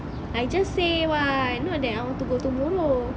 I just say [what] not that I want to go tomorrow